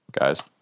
Guys